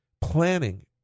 planning